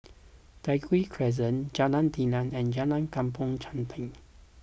Tai Hwan Crescent Jalan Telang and Jalan Kampong Chantek